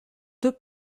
deux